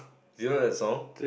do you like song